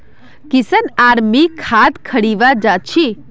किशन आर मी खाद खरीवा जा छी